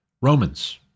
Romans